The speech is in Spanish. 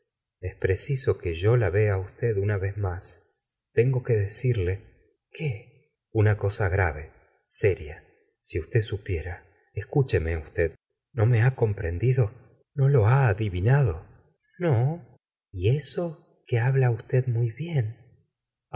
es preciso que yo la vea á usted una vez más tengo que decirle qué una cosa grave seria si usted supiera escúcheme usted no me ha comprendido no lo ha adivinado no y eso que habla usted muy bien